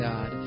God